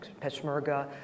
Peshmerga